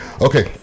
Okay